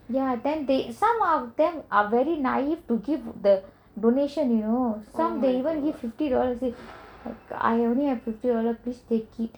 ya then they some of them are very naive to give the donation you know some they even give fifty dollars if I only have fifty dollars please take it